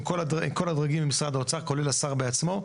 כל הדרגים במשרד האוצר כולל השר בעצמו,